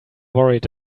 worried